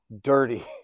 dirty